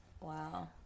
Wow